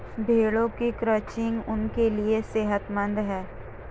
भेड़ों की क्रचिंग उनके लिए सेहतमंद है